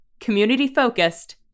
Community-focused